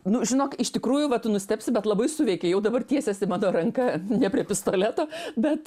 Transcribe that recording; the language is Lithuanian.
nu žinok iš tikrųjų va tu nustebsi bet labai suveikė jau dabar tiesiasi mano ranka ne prie pistoleto bet